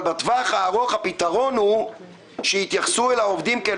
אבל בטווח הארוך הפתרון הוא שיתייחסו אל העובדים כאל